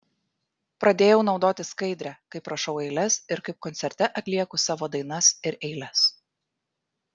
pradėjau naudoti skaidrę kaip rašau eiles ir kaip koncerte atlieku savo dainas ir eiles